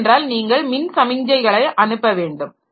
ஏன் என்றால் நீங்கள் மின்சமிக்ஞைகளை அனுப்ப வேண்டும்